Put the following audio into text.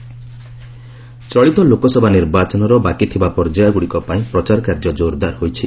campaigning ଚଳିତ ଲୋକସଭା ନିର୍ବାଚନର ବାକିଥିବା ପର୍ଯ୍ୟାୟଗୁଡ଼ିକ ପାଇଁ ପ୍ରଚାର କାର୍ଯ୍ୟ ଜୋରଦାର ହୋଇଛି